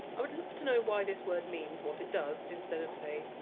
i would love to know why this word means what it does, instead of, say,